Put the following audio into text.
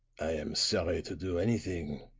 i am sorry to do anything,